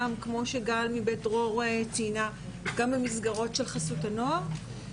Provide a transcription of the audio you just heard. כמו שגל מבית דרור ציינה - גם במסגרות של חסות הנוער,